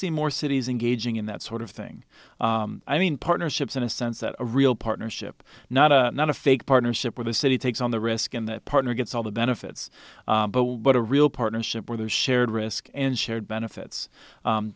see more cities engaging in that sort of thing i mean partnerships in a sense that a real partnership not a not a fake partnership with a city takes on the risk and that partner gets all the benefits but a real partnership where there's shared risk and shared benefits